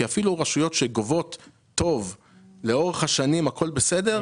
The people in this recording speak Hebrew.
כי אפילו רשויות גובות טוב לאורך השנים והכל בסדר,